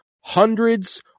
hundreds